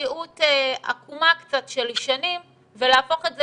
מציאות עקומה קצת של שנים ולהפוך את זה